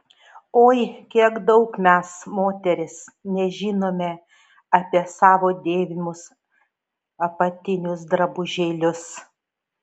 oi kiek daug mes moterys nežinome apie savo dėvimus apatinius drabužėlius